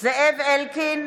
זאב אלקין,